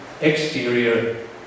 exterior